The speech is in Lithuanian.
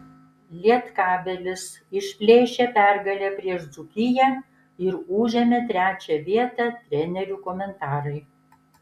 lietkabelis išplėšė pergalę prieš dzūkiją ir užėmė trečią vietą trenerių komentarai